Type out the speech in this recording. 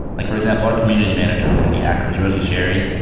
like for example, our community manager with indie hackers, rosie sherry.